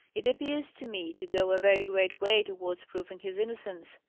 it appears to me to go a very great way towards proving his innocence,